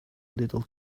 little